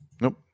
Nope